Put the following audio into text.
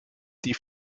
die